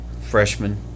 freshman